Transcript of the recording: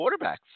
quarterbacks